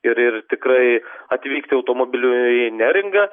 ir ir tikrai atvykti automobiliu į neringą